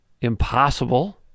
impossible